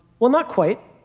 well not quite,